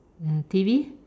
uh TV